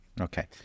okay